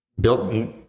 built